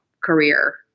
career